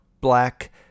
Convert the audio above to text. black